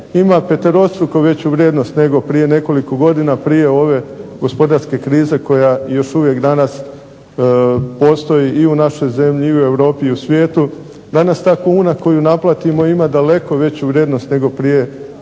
ima peterostruko veću vrijednost nego prije nekoliko godina, prije ove gospodarske krize koja još uvijek danas postoji i u našoj zemlji i u Europi, i u svijetu, danas ta kuna koju naplatimo ima daleko veću vrijednost nego prije